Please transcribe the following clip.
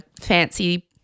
fancy